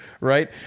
Right